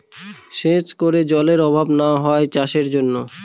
সেচ করে যাতে জলেরর অভাব না হয় চাষের জন্য